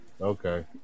Okay